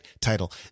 title